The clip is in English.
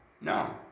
No